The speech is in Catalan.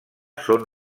són